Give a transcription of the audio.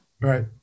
Right